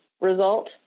result